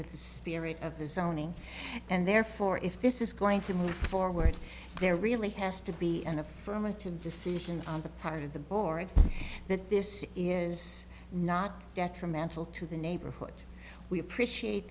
with the spirit of the zoning and therefore if this is going to move forward there really has to be an affirmative decision on the part of the board that this is not detrimental to the neighborhood we appreciate